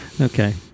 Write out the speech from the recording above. Okay